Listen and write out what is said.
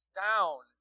down